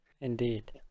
indeed